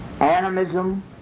Animism